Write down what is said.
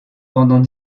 pendant